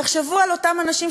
תחשבו על אותן הנשים,